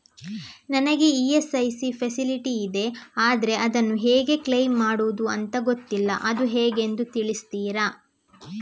ನನಗೆ ESIC facility ಇದೆ ಆದ್ರೆ ಅದನ್ನು ಹೇಗೆ ಕ್ಲೇಮ್ ಮಾಡೋದು ಅಂತ ಗೊತ್ತಿಲ್ಲ ಅದು ಹೇಗೆಂದು ತಿಳಿಸ್ತೀರಾ?